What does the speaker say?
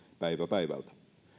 päivä päivältä